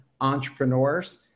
entrepreneurs